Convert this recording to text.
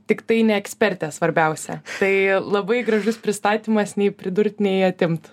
tiktai ne ekspertė svarbiausia tai labai gražus pristatymas nei pridurt nei atimt